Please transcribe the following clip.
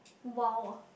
!wow!